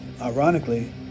ironically